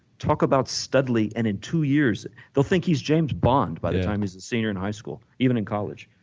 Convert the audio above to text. talk about studley and in two years they'll think he's james bond by the time he is a senior in high school even in college.